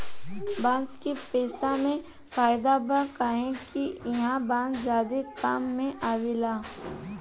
बांस के पेसा मे फायदा बा काहे कि ईहा बांस ज्यादे काम मे आवेला